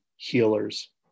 healers